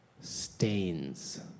stains